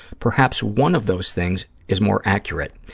perhaps one of those things is more accurate.